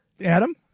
Adam